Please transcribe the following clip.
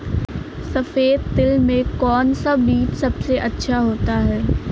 सफेद तिल में कौन सा बीज सबसे अच्छा होता है?